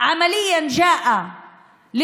ומדברת בעברית,